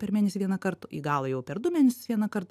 per mėnesį vienąkart į galą jau per du mėnesius vienąkart